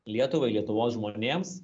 lietuvai lietuvos žmonėms